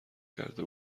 کرده